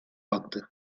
baktı